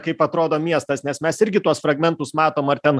kaip atrodo miestas nes mes irgi tuos fragmentus matom ar ten